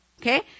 Okay